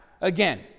again